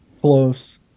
Close